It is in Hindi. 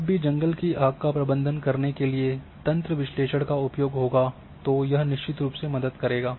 जब भी जंगल की आग का प्रबंधन करने के लिए तंत्र विश्लेषण का उपयोग होगा तो यह निश्चित रूप से मदद करेगा